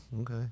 okay